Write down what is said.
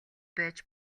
байж